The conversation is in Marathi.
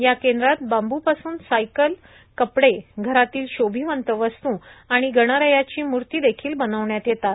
या केंद्रात बांबूपासून सायकल कपडे घरातील शोभिवंत वस्तू आणि गणरायाची मूर्ती देखील बनविण्यात येतात